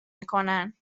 میکنن